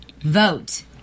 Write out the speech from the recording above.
vote